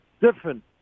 different